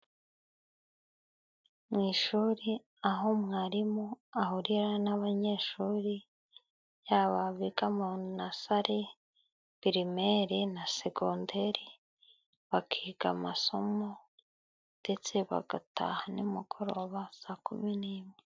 Mu ishuri aho mwarimu ahurira n'abanyeshuri yaba abiga mu nasari, pirimeri na sekonderi bakiga amasomo ndetse bagataha nimugoroba saa kumi n'imwe.